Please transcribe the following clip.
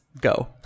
Go